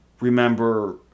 remember